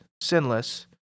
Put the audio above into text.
sinless